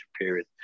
period